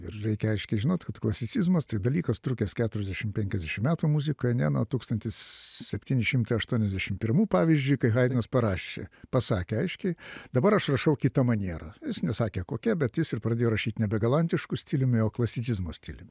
ir reikia aiškiai žinot kad klasicizmas tai dalykas trukęs keturiasdešim penkiasdešim metų muzikoj ne nuo tūkstantis septyni šimtai aštuoniasdešim pirmų pavyzdžiui kai haidnas parašė pasakė aiškiai dabar aš rašau kita maniera jis nesakė kokia bet jis ir pradėjo rašyt nebe galantišku stiliumi o klasicizmo stiliumi